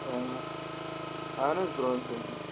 اہَن حظ بُرہان صٲب چھُس